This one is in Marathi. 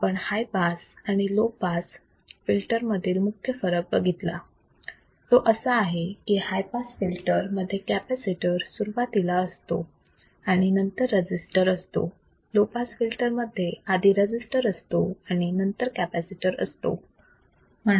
आपण हाय पास आणि लो पास फिल्टर मधील मुख्य फरक बघितला तो असा आहे की हाय पास फिल्टर मध्ये कॅपॅसिटर सुरुवातीला असतो आणि नंतर रजिस्टर असतो लो पास फिल्टर मध्ये आधी रजिस्टर असतो आणि नंतर कपॅसिटर असतो